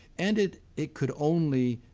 and it it could only